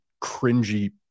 cringy